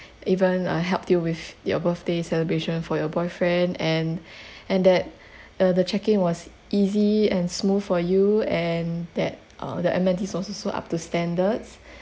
even uh helped you with your birthday celebration for your boyfriend and and that uh the check in was easy and smooth for you and that uh the amenities were also so up to standards